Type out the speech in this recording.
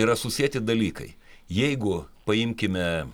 yra susieti dalykai jeigu paimkime